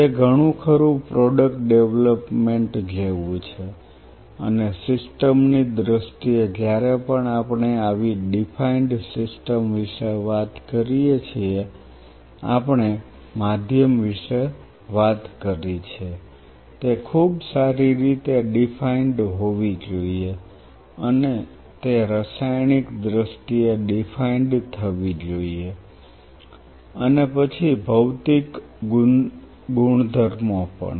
તે ઘણું ખરું પ્રોડક્ટ ડેવલપમેન્ટ જેવું છે અને સિસ્ટમ ની દ્રષ્ટિએ જ્યારે પણ આપણે આવી ડીફાઈન્ડ સિસ્ટમ વિશે વાત કરીએ છીએ આપણે માધ્યમ વિશે વાત કરી છે તે ખૂબ સારી રીતે ડીફાઈન્ડ હોવી જોઈએ અને તે રાસાયણિક દ્રષ્ટિએ ડીફાઈન્ડ થવી જોઈએ અને પછી ભૌતિક ગુણધર્મો પણ